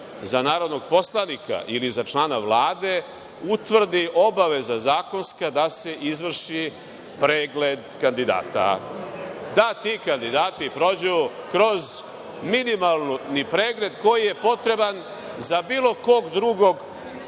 za narodnog poslanika ili za člana Vlade, utvrdi obaveza zakonska da se izvrši pregled kandidata. Da ti kandidati prođu kroz minimalni pregled koji je potreban za bilo kog drugog